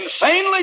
Insanely